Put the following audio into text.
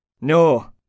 No